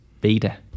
beta